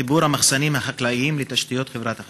חיבור המחסנים החקלאיים לתשתיות חברת החשמל.